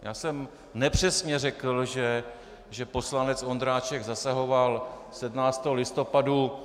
Já jsem nepřesně řekl, že poslanec Ondráček zasahoval 17. listopadu.